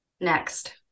Next